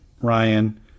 Ryan